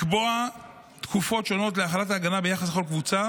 לקבוע תקופות שונות להחלת ההגנה ביחס לכל קבוצה